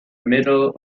middle